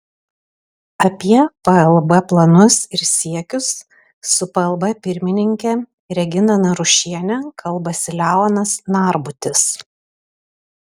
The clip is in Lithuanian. apie plb planus ir siekius su plb pirmininke regina narušiene kalbasi leonas narbutis